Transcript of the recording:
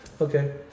Okay